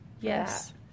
Yes